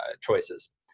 choices